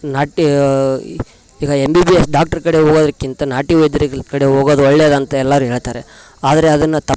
ನಾಟಿ ಈಗ M B B S doctor ಕಡೆ ಹೋಗೋದಕ್ಕಿಂತ ನಾಟಿ ವೈದ್ಯರಗಳ ಕಡೆ ಹೋಗೊದು ಒಳ್ಳೆದಂತ ಎಲ್ಲಾರು ಹೇಳ್ತಾರೆ ಆದರೆ ಅದನ್ನು ತಪ್ಪು